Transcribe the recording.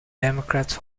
democrats